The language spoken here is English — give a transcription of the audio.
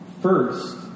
first